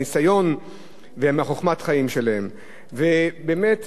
ובאמת אני עומד כאן היום רק ברשות דיבור ולא בהסתייגות,